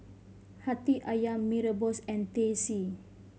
Hati Ayam Mee Rebus and Teh C